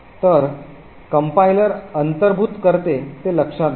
तर कंपाईलर अंतर्भूत करते ते लक्षात घ्या